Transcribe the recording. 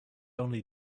only